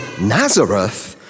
Nazareth